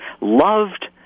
loved